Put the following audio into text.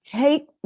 take